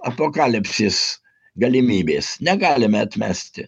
apokalipsės galimybės negalime atmesti